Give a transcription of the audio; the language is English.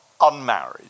unmarried